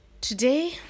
today